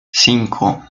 cinco